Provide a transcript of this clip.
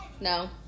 no